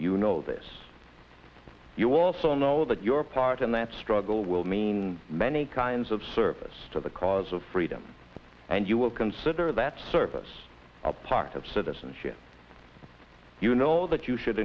know this you also know that your part in that struggle will mean many kinds of service to the cause of freedom and you will consider that service a part of citizenship you know that you should